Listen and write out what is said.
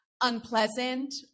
unpleasant